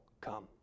come